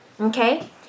Okay